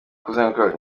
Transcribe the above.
kuzenguruka